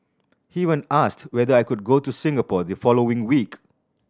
he even asked whether I could go to Singapore the following week